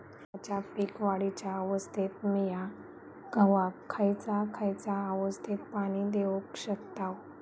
गव्हाच्या पीक वाढीच्या अवस्थेत मिया गव्हाक खैयचा खैयचा अवस्थेत पाणी देउक शकताव?